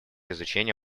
изучения